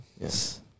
Yes